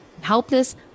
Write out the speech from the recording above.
helpless